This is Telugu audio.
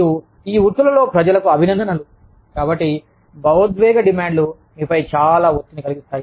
మరియు ఈ వృత్తులలో ప్రజలకు అభినందనలు కాబట్టి భావోద్వేగ డిమాండ్లు మీపై చాలా ఒత్తిడిని కలిగిస్తాయి